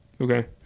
okay